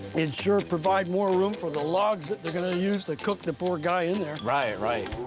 it sure provides more room for the logs that they're gonna use to cook the poor guy in there. right. right.